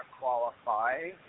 qualify